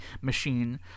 machine